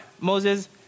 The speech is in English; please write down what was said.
Moses